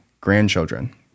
grandchildren